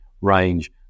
range